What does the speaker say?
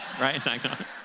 right